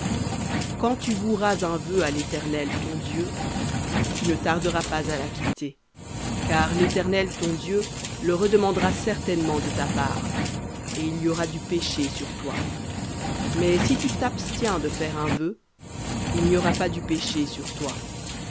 quand tu voueras un vœu à l'éternel ton dieu tu ne tarderas pas à l'acquitter car l'éternel ton dieu le redemandera certainement de ta part et il y aura du péché sur toi mais si tu t'abstiens de faire un vœu il n'y aura pas du péché sur toi